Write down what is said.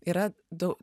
yra dau